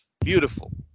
beautiful